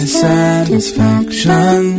satisfaction